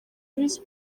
visi